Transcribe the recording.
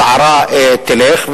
הסערה תלך,